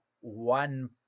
one